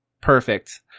Perfect